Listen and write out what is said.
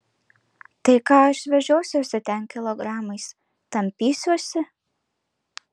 tai ką aš vežiosiuosi ten kilogramais tampysiuosi